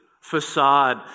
facade